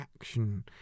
action